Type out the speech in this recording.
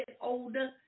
older